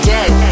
Dead